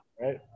right